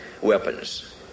weapons